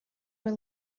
were